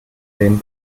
dem